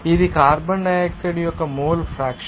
ఇది carbon dioxide యొక్క mole fraction